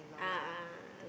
a'ah a'ah